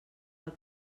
del